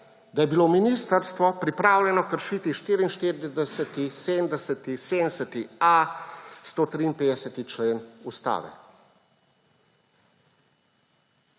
da je bilo ministrstvo pripravljeno kršiti 44., 70., 70.a, 153. člen Ustave.